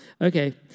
Okay